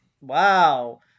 Wow